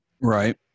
Right